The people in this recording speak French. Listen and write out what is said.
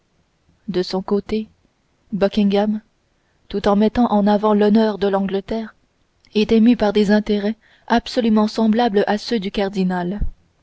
de son côté buckingham tout en mettant en avant l'honneur de l'angleterre était mû par des intérêts absolument semblables à ceux du cardinal